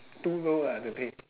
too low ah the pay